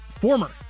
former